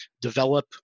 develop